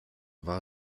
war